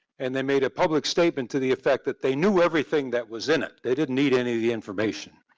and they made a public statement to the effect that they knew everything that was in it, they didn't need any of the information.